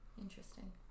Interesting